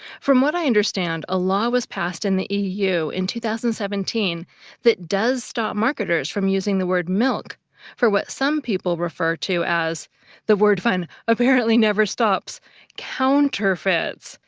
from what i understand, a law was passed in the eu in two thousand and seventeen that does stop marketers from using the word milk for what some people refer to as the word fun apparently never stops cow-nterfeits.